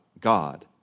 God